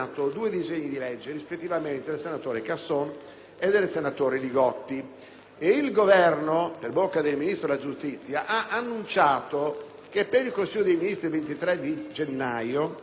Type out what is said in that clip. il Governo, per bocca del Ministro della giustizia, ha annunciato che nel Consiglio dei ministri del 23 gennaio prossimo verrà approvato il testo concernente la riforma del processo penale.